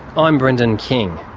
i'm brendan king.